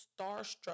starstruck